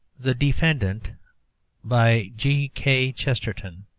the defendant by g. k. chesterton